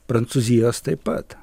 prancūzijos taip pat